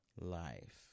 life